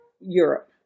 Europe